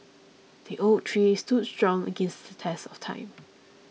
the oak tree stood strong against the test of time